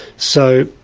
so